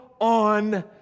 on